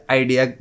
idea